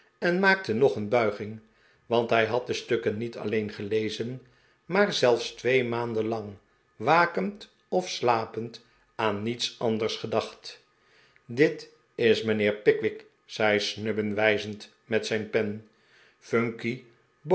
en maakte nog een buiging want hij had de stukken niet alleen gelezen maar zelfs twee maanden lang wakend of slapend aan niets anders gedacht dit is mijnheer pickwick zei snubbin wijzend met zijn pen phunky